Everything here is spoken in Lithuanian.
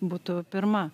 būtų pirma